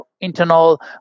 internal